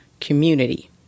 community